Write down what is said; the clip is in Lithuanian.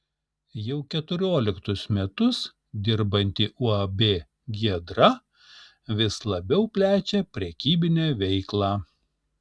jau keturioliktus metus dirbanti uab giedra vis labiau plečia prekybinę veiklą